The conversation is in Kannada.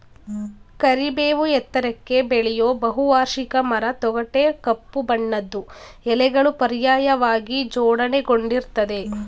ಕರಿಬೇವು ಎತ್ತರಕ್ಕೆ ಬೆಳೆಯೋ ಬಹುವಾರ್ಷಿಕ ಮರ ತೊಗಟೆ ಕಪ್ಪು ಬಣ್ಣದ್ದು ಎಲೆಗಳು ಪರ್ಯಾಯವಾಗಿ ಜೋಡಣೆಗೊಂಡಿರ್ತದೆ